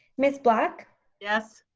miss black yes.